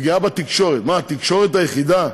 פגיעה בתקשורת, מה, התקשורת היחידה